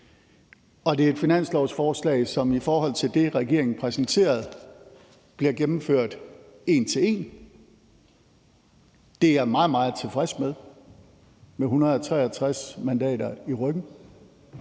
det er et finanslovsforslag, som i forhold til det, regeringen præsenterede, bliver gennemført en til en – det er jeg meget, meget tilfreds med – med 163 mandater i ryggen.